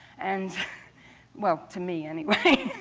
and well, to me, anyway.